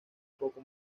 poco